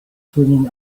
swinging